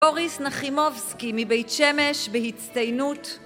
בוריס נחימובסקי מבית שמש בהצטיינות